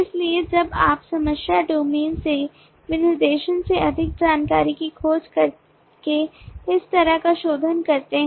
इसलिए जब आप समस्या डोमेन से विनिर्देशन से अधिक जानकारी की खोज करके इस तरह का शोधन करते हैं